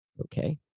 Okay